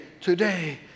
today